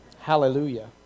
Hallelujah